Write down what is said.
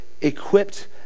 equipped